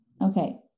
Okay